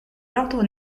l’ordre